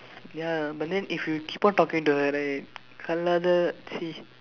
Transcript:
ya but then if you keep on talking to her right கல்லாத !chsi!